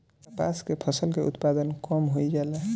कपास के फसल के उत्पादन कम होइ जाला?